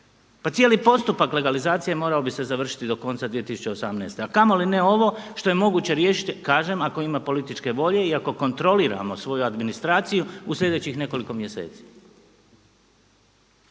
Pa cijeli postupak legalizacije morao bi se završiti do konca 2018., a kamoli ne ovo što je moguće riješiti, kažem ako ima političke volje i ako kontroliramo svoju administraciju u sljedećih nekoliko mjeseci.